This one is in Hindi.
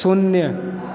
शून्य